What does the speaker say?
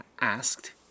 asked